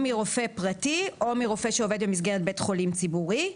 מרופא פרטי או מרופא שעובד במסגרת בית חולים ציבורי.